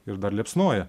ir dar liepsnoja